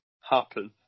happen